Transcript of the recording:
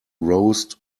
roast